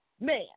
man